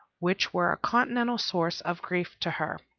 which were a continual source of grief to her.